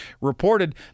reported